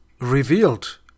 revealed